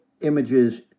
images